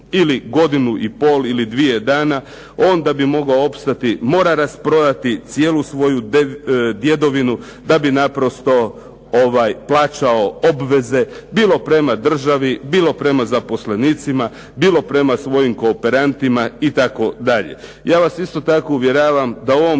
ili godinu i pol ili dvije dana, onda bi mogao opstati, mora rasprodati cijelu svoju djedovinu da bi naprosto plaćao obveze, bilo prema državi, bilo prema zaposlenicima, bilo prema svojim kooperantima, itd. Ja vas isto tako uvjeravam da u ovom